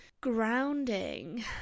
grounding